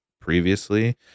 previously